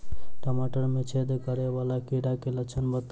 टमाटर मे छेद करै वला कीड़ा केँ लक्षण बताउ?